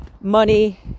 money